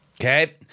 Okay